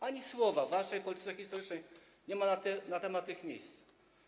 Ani słowa w waszej polityce historycznej nie ma na temat tych miejsc.